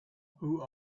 who